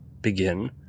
begin